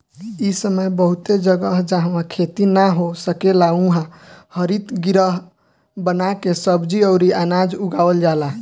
इ समय बहुते जगह, जाहवा खेती ना हो सकेला उहा हरितगृह बना के सब्जी अउरी अनाज उगावल जाला